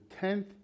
tenth